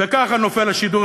וכך נופל השידור